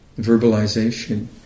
verbalization